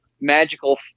magical